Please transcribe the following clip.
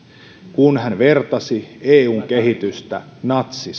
kun hän vertasi eun kehitystä natsi